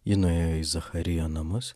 ji nuėjo į zacharijo namus